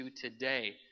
today